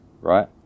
right